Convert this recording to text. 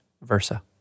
versa